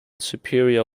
superior